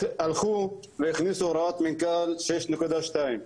הלכו והכניסו הוראת מנכ"ל 6.2,